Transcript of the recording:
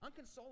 Unconsolable